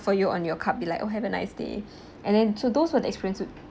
for you on your cup be like oh have a nice day and then so those are the experience with